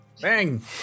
bang